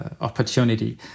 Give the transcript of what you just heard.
opportunity